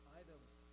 items